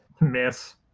Miss